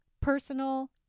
personal